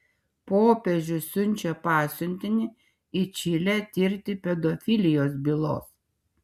popiežius siunčia pasiuntinį į čilę tirti pedofilijos bylos